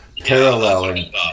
paralleling